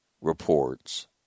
reports